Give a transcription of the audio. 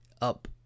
up